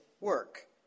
work